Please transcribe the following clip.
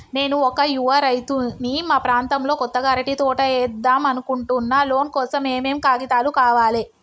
నేను ఒక యువ రైతుని మా ప్రాంతంలో కొత్తగా అరటి తోట ఏద్దం అనుకుంటున్నా లోన్ కోసం ఏం ఏం కాగితాలు కావాలే?